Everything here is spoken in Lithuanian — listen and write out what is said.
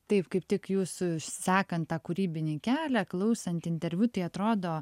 taip kaip tik jūsų sekant tą kūrybinį kelią klausant interviu tai atrodo